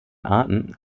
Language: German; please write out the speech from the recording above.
arten